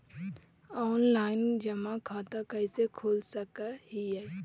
Online जमा खाता कैसे खोल सक हिय?